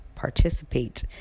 participate